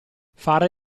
fare